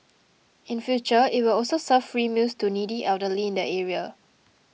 in future it will also serve free meals to needy elderly in the area